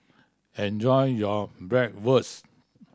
enjoy your Bratwurst